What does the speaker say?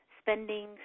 spending